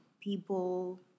people